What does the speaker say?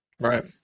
Right